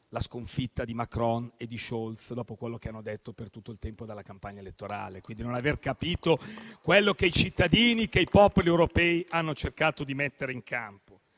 la sconfitta di Macron e Schölz dopo quello che hanno detto per tutto il tempo della campagna elettorale, quindi non aver capito quello che i cittadini e i popoli europei hanno cercato di mettere in campo.